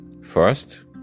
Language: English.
First